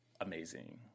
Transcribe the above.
amazing